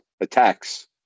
attacks